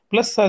Plus